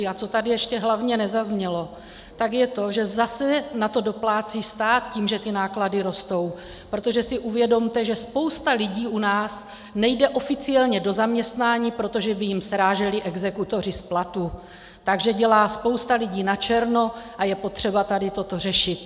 A co tady ještě hlavně nezaznělo, je to, že zase na to doplácí stát tím, že ty náklady rostou, protože si uvědomte, že spousta lidí u nás nejde oficiálně do zaměstnání, protože by jim sráželi exekutoři z platu, takže dělá spousta lidí načerno a je potřeba tady toto řešit.